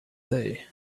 day